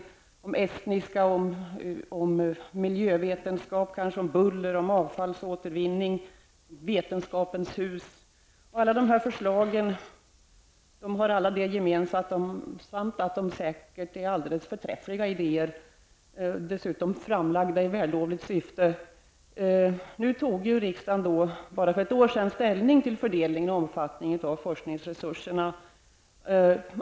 Det gäller t.ex. estniska, miljövetenskap, buller, avfallsåtervinning och Vetenskapens hus. Alla dessa förslag har det gemensamt att de säkert är alldeles förträffliga idéer. Dessutom är de framlagda i vällovligt syfte. Men riksdagen tog bara för ett år sedan ställning till fördelningen och omfattningen av forskningsresurserna.